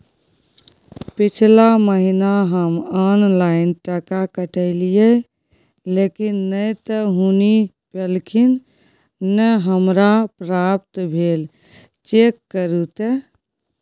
पिछला महीना हम ऑनलाइन टका कटैलिये लेकिन नय त हुनी पैलखिन न हमरा प्राप्त भेल, चेक करू त?